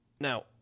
Now